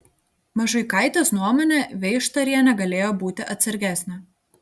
mažuikaitės nuomone veištarienė galėjo būti atsargesnė